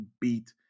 beat